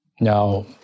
Now